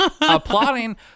applauding